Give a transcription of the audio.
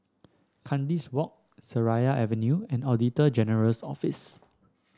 Kandis Walk Seraya Avenue and Auditor General's Office